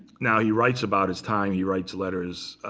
now he writes about his time. he writes letters.